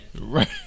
Right